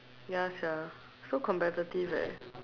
ya sia so competitive eh